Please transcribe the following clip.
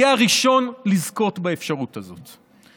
יהיה הראשון לזכות באפשרות הזאת.